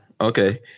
Okay